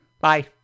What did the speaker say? Bye